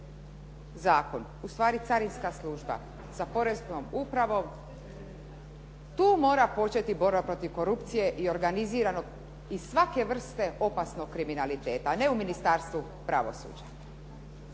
zakon, ustvari carinska služba sa poreznom upravom, tu mora početi borba protiv korupcije i organiziranog i svake vrste opasnog kriminaliteta. A ne u Ministarstvu pravosuđa.